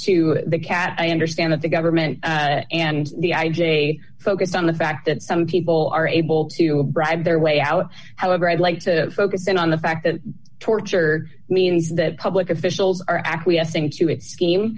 to the cat i understand that the government and the i j a focused on the fact that some people are able to a bribe their way out however i'd like to focus in on the fact that tortured means that public officials are acquiescing to it scheme